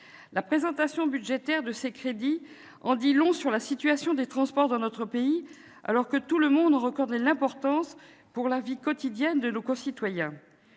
La présentation budgétaire de ces crédits en dit long sur la situation des transports dans notre pays, alors que tout le monde en reconnaît l'importance pour la vie quotidienne de nos concitoyens.